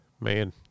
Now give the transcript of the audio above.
Man